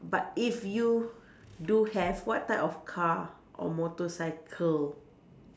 but if you do have what type of car or motorcycle